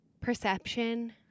perception